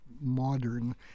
modern